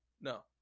no